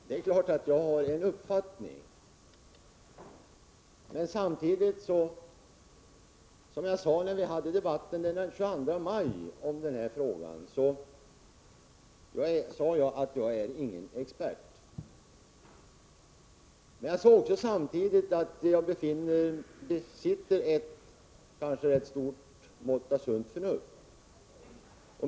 Herr talman! Det är klart att jag har en uppfattning. I debatten i denna fråga den 22 maj sade jag att jag inte är någon expert på detta område. Men jag sade samtidigt att jag besitter ett kanske stort mått av sunt förnuft.